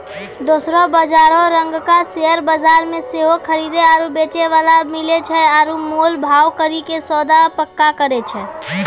दोसरो बजारो रंगका शेयर बजार मे सेहो खरीदे आरु बेचै बाला मिलै छै आरु मोल भाव करि के सौदा पक्का करै छै